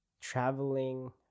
traveling